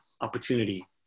opportunity